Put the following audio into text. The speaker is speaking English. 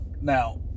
Now